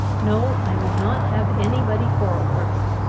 no, i would not have any body quarrel for me.